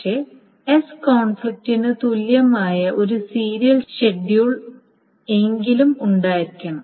പക്ഷേ S കോൺഫ്ലിക്റ്റിന് തുല്യമായ ഒരു സീരിയൽ ഷെഡ്യൂൾ എങ്കിലും ഉണ്ടായിരിക്കണം